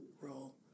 role